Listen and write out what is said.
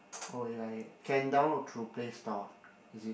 oh ya ya can download through Playstore is it